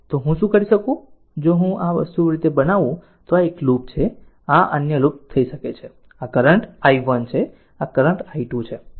તો હું શું કરી શકું જો જો હું આ વસ્તુ આ રીતે બનાવું તો આ તે એક લૂપ છે જે આ છે જે અન્ય લૂપ લઈ શકે છે અને જો આ કરંટ i1 છે તો આ કરંટ i2 છે